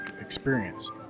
experience